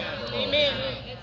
Amen